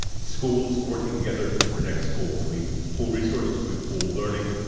schools working together to protect schools. we pool resources, we pool learning,